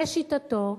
לשיטתו,